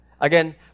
Again